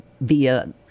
via